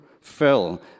fell